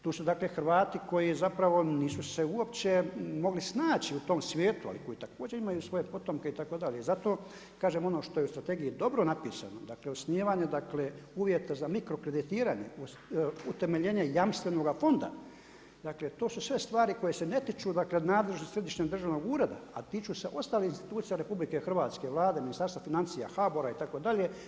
Tu su dakle Hrvati koji zapravo nisu se uopće mogli snaći u tom svijetu ali koji također imaju svoje potomke itd., i zato kažem ono što je u strategiji dobro napisano, dakle osnivanje uvjeta za mikro kreditiranje, utemeljenje jamstvenoga fonda, dakle to su sve stvari koje se ne tiču nadležnosti središnjeg državnog ureda a tiču se ostalih institucija RH, Vlade, Ministarstva financija, HBOR-a itd.